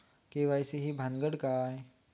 KYC ही भानगड काय?